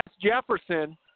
Jefferson